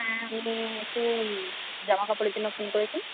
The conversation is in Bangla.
হ্যাঁ আমি একটু জামাকাপড়ের জন্য ফোন করেছি